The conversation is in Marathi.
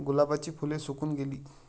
गुलाबाची फुले सुकून गेली